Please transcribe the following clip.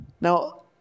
Now